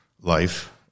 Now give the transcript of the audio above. life